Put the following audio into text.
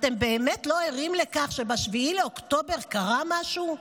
אתם באמת לא ערים לכך שב-7 באוקטובר קרה משהו?